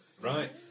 Right